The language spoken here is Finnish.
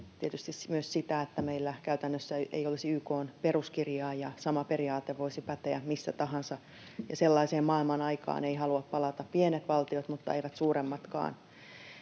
tietysti myös sitä, että meillä käytännössä ei olisi YK:n peruskirjaa ja sama periaate voisi päteä missä tahansa. Ja sellaiseen maailmanaikaan eivät halua palata pienet valtiot mutta eivät suuremmatkaan.